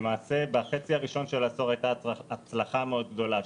למעשה בחצי הראשון של העשור הייתה הצלחה מאוד גדולה.